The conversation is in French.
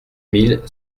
mille